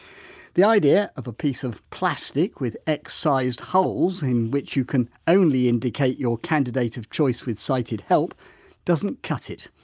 the idea of a piece of plastic with x sized holes in which you can only indicate your candidate of choice with sighted help doesn't cut it.